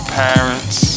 parents